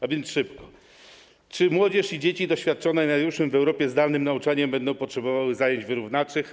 Pytam zatem szybko: Czy młodzież i dzieci doświadczone najdłuższym w Europie zdalnym nauczaniem będą potrzebowały zajęć wyrównawczych?